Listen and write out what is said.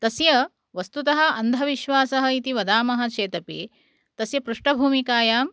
तस्य वस्तुतः अन्धविश्वासः इति वदामः चेदपि तस्य पृष्टभूमिकायाम्